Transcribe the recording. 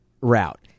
route